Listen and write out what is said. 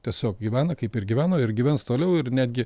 tiesiog gyvena kaip ir gyveno ir gyvens toliau ir netgi